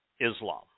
Islam